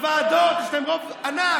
בוועדות יש להם רוב ענק.